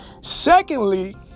Secondly